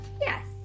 yes